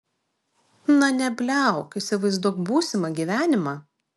na nebliauk įsivaizduok būsimą gyvenimą